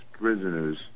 prisoners